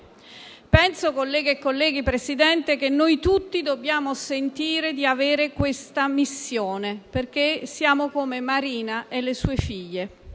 Colleghe e colleghi, signor Presidente, penso che noi tutti dobbiamo sentire di avere questa missione, perché siamo come Marina e le sue figlie.